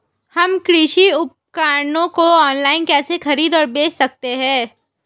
हम कृषि उपकरणों को ऑनलाइन कैसे खरीद और बेच सकते हैं?